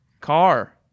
Car